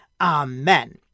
Amen